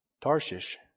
Tarshish